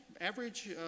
average